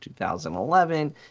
2011